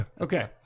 Okay